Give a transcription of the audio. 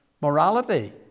morality